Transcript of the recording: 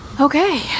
Okay